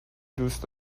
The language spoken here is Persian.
دوست